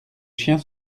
chiens